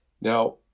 now